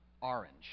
orange